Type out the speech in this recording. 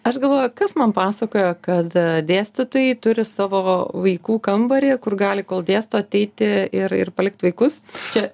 aš galvoju kas man pasakojo kad dėstytojai turi savo vaikų kambarį kur gali kol dėsto ateiti ir ir palikt vaikus čia